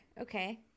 Okay